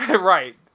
right